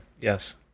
Yes